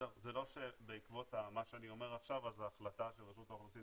זה לא שבעקבות מה שאני אומר עכשיו ההחלטה של רשות האוכלוסין